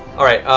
all right,